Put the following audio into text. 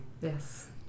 Yes